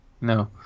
no